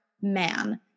man